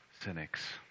cynics